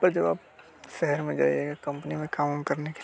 पर जब आप शहर में जाइएगा कंपनी में काम वाम करने के लिए